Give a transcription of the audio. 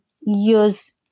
use